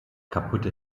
kaputte